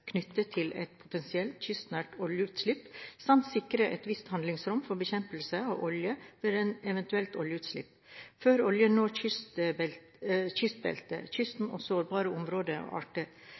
knyttet til et potensielt kystnært oljeutslipp, samt sikre et visst handlingsrom for bekjempelse av olje ved et eventuelt oljeutslipp, før oljen når kystbeltet, kysten og sårbare områder og arter.